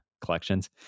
collections